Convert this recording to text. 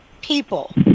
people